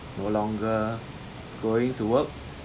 no longer going to work